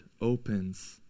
opens